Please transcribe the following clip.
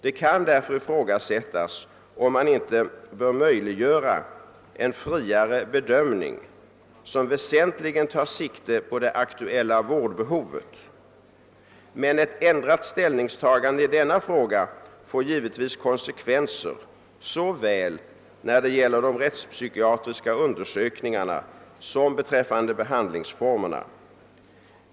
Det kan därför ifrågasättas om man inte bör möjliggöra en friare bedömning, som väsentligen tar sikte på det aktuella vårdbehovet. Ett ändrat ställningstagande i denna fråga får givetvis konsekvenser såväl när det gäller de rättspsykiatriska undersökningarna som beträffande behandlingsformerna.